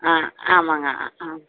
ஆ ஆமாங்க ஆ